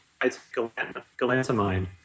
galantamine